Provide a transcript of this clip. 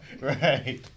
Right